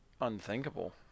unthinkable